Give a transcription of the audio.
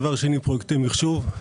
דבר שני פרויקטי מחשוב.